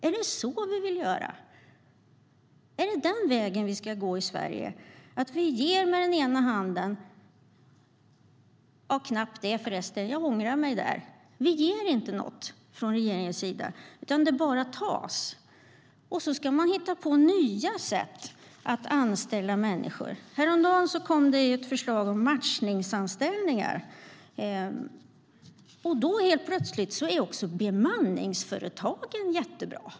Är det så vi vill göra? Är det den vägen vi ska gå i Sverige, att regeringen inte ger utan bara tar?I stället hittar man på nya sätt att anställa människor. Häromdagen kom det ett förslag om matchningsanställningar. Då var plötsligt bemanningsföretagen jättebra.